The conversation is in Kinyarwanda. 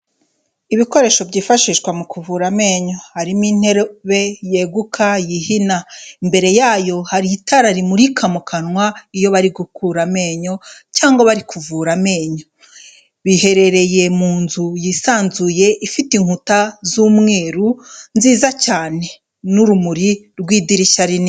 Ibikoresho byifashishwa mu kuvura amenyo harimo intebe yeguka yihina, imbere yayo hari itara rimurika mu kanwa iyo bari gukura amenyo cyangwa bari kuvura amenyo, biherereye mu nzu yisanzuye ifite inkuta z'umweru nziza cyane n'urumuri rw'idirishya rinini.